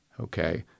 okay